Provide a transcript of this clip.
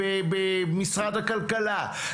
במשרד הכלכלה,